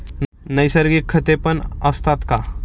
नैसर्गिक खतेपण असतात का?